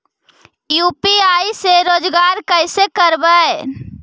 UPI से रोजगार कैसे करबय?